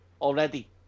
already